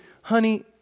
honey